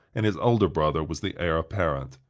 and his older brother was the heir apparent.